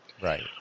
Right